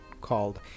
called